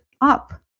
up